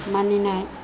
मानिनाय